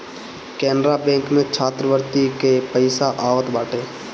Canara bank में छात्रवृत्ति के पईसा आवत बाटे